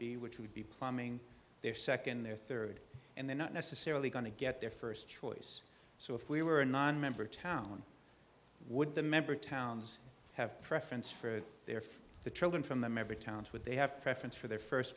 be which would be plumbing their second their third and they're not necessarily going to get their first choice so if we were a nonmember town would the member towns have preference for their for the children from the member towns would they have preference for their first